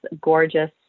gorgeous